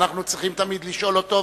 אנחנו צריכים תמיד לשאול אותו,